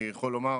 אני יכול לומר,